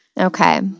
okay